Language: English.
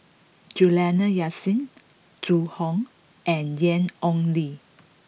Juliana Yasin Zhu Hong and Ian Ong Li